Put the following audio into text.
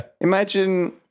imagine